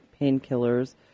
painkillers